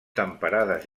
temperades